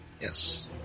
Yes